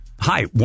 Hi